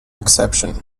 exception